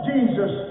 Jesus